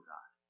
God